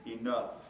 Enough